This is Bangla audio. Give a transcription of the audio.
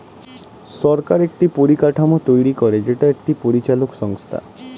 সরকার একটি পরিকাঠামো তৈরী করে যেটা একটি পরিচালক সংস্থা